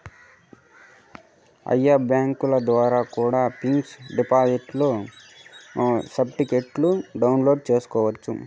ఆయా బ్యాంకుల ద్వారా కూడా పిక్స్ డిపాజిట్ సర్టిఫికెట్ను డౌన్లోడ్ చేసుకోవచ్చు